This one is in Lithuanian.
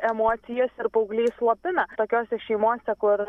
emocijas ir paaugliai slopina tokiose šeimose kur